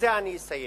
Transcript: ובזה אני אסיים